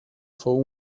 fou